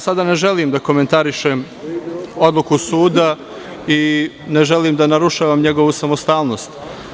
Sada ne želim da komentarišem odluku suda i ne želim da narušavam njegovu samostalnost.